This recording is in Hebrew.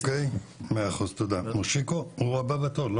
אוקי, מאה אחוז תודה, מושיקו הוא הבא בתור.